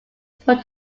put